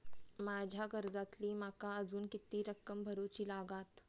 माझ्या कर्जातली माका अजून किती रक्कम भरुची लागात?